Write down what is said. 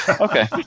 Okay